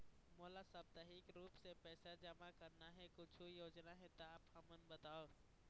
मोला साप्ताहिक रूप से पैसा जमा करना हे, कुछू योजना हे त आप हमन बताव?